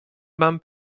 mam